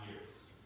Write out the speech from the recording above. years